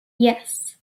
yes